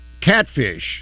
Catfish